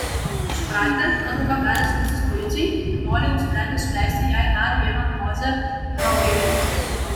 supratę kad auka gali skųstis policijai jaunuoliai nusprendė suleisti jai dar vieną dozę heroino